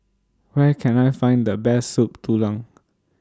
Where Can I Find The Best Soup Tulang